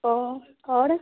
ओह और